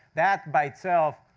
that, by itself,